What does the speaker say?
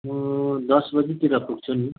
म दस बजीतिर पुग्छु नि